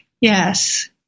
Yes